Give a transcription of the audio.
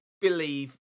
believe